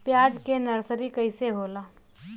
प्याज के नर्सरी कइसे होला?